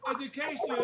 education